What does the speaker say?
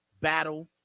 battle